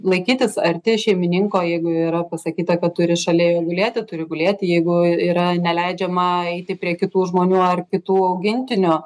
laikytis arti šeimininko jeigu jau yra pasakyta kad turi šalia jo gulėti turi gulėti jeigu yra neleidžiama eiti prie kitų žmonių ar kitų augintinių